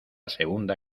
segunda